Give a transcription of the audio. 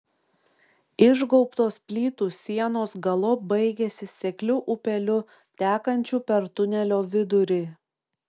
išgaubtos plytų sienos galop baigiasi sekliu upeliu tekančiu per tunelio vidurį